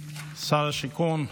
שר השיכון,